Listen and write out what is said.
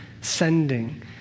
sending